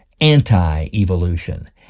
anti-evolution